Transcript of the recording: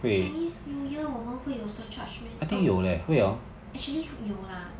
chinese new year 我们会有 surcharge meh oh actually 有啦